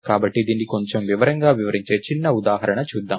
కాబట్టి దీన్ని కొంచెం వివరంగా వివరించే చిన్న ఉదాహరణ చూద్దాం